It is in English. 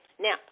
now